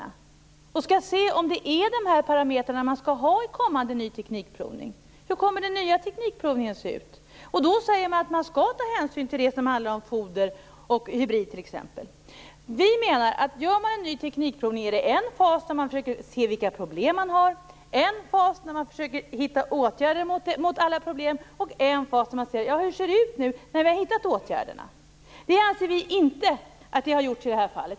Man skall se om man skall ha dessa parametrar i kommande ny teknikprovning. Hur kommer den nya teknikprovningen att se ut? Man säger att man t.ex. skall ta hänsyn till det som handlar om foder och hybrider. Vid en ny teknikprovning finns det en fas där man försöker se vilka problem som finns, en fas när man försöker hitta åtgärder mot dessa och en fas när man ser hur det ser ut när man har hittat åtgärderna. Vi anser inte att detta har gjorts i det här fallet.